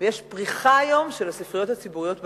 ויש היום פריחה של הספריות הציבוריות בארץ.